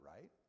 right